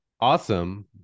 awesome